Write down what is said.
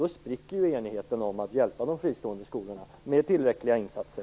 Då spricker ju enigheten om att man skall hjälpa de fristående skolorna med tillräckliga insatser.